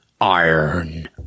iron